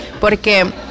Porque